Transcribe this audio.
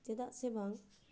ᱪᱮᱫᱟᱜ ᱥᱮ ᱵᱟᱝ